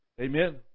Amen